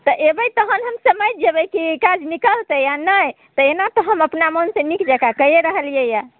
तऽ अएबै तखन हम समझि जेबै कि काज निकलतै आओर नहि एना तऽ हम अपन मोनसँ नीक जकाँ कइए रहलिए हइ